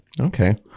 Okay